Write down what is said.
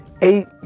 eight